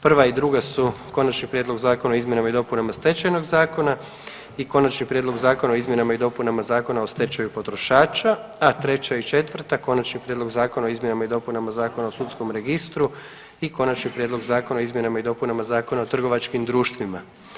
Prva i druga su Konačni prijedlog zakona o izmjenama i dopunama Stečajnog zakona i Konačni prijedlog zakona o izmjenama i dopunama Zakona o stečaju potrošača, a treća i četvrta Konačni prijedlog zakona o izmjenama i dopunama Zakona o sudskom registru i Konačni prijedlog zakona o izmjenama i dopunama Zakona o trgovačkim društvima.